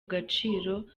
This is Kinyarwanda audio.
gaciro